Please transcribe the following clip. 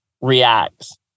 reacts